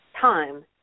time